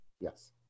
Yes